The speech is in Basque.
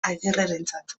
agirrerentzat